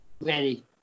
Ready